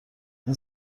این